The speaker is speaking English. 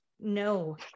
no